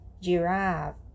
giraffe